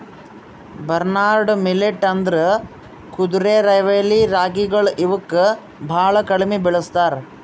barnyard millet ಅಂದುರ್ ಕುದುರೆರೈವಲಿ ರಾಗಿಗೊಳ್ ಇವುಕ್ ಭಾಳ ಕಡಿಮಿ ಬೆಳುಸ್ತಾರ್